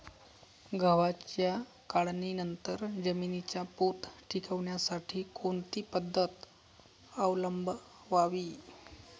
गव्हाच्या काढणीनंतर जमिनीचा पोत टिकवण्यासाठी कोणती पद्धत अवलंबवावी?